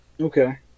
Okay